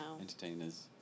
entertainers